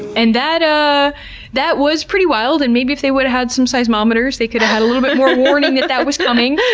and that ah that was pretty wild, and maybe if they would've had some seismometers they could have had a little bit more warning that that was coming.